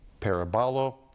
parabolo